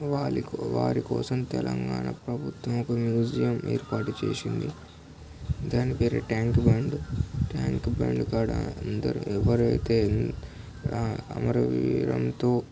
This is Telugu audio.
వారికో వారికోసం తెలంగాణ ప్రభుత్వం ఒక మ్యూజియం ఏర్పాటు చేసింది దాని పేరు ట్యాంక్ బండ్ ట్యాంక్ బండ్ కాడ అందరు ఎవరైతే అమరవీరంతో